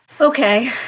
Okay